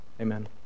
amen